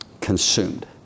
consumed